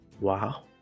wow